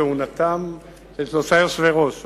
כהונתם של שלושה יושבי-ראש שונים.